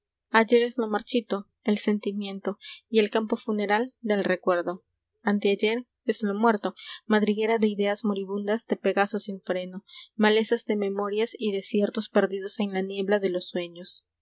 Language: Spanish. ayer es lo marchito el sentimiento y el campo funeral del recuerdo anteayer es lo muerto madriguera de ideas moribundas de pegasos sin freno malezas de memorias y desiertos perdidos en la niebla de los sueños